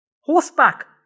Horseback